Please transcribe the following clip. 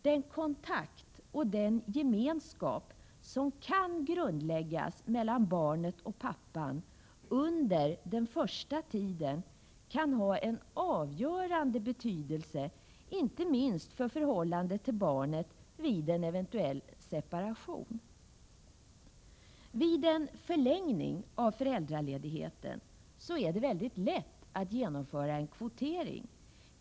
Den kontakt och den gemenskap som kan grundläggas mellan barnet och pappan under den första tiden kan vara av avgörande betydelse inte minst för förhållandet till barnet vid en eventuell separation. Vid en förlängning av föräldraledigheten är det väldigt lätt att genomföra en kvotering.